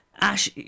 Ash